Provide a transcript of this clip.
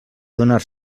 adonar